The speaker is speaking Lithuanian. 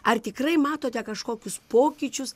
ar tikrai matote kažkokius pokyčius